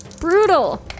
Brutal